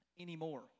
anymore